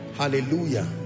Hallelujah